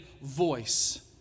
voice